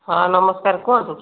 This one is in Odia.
ହଁ ନମସ୍କାର କୁହନ୍ତୁ